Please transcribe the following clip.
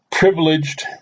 Privileged